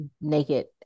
naked